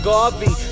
Garvey